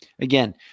again